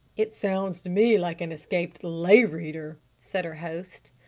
it sounds to me like an escaped lay reader, said her host.